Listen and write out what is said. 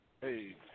Hey